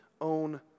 own